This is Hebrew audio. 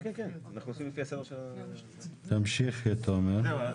תמשיך, תומר.